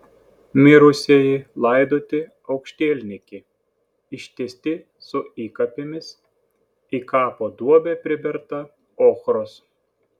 mirusieji laidoti aukštielninki ištiesti su įkapėmis į kapo duobę priberta ochros